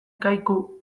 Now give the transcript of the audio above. kaiku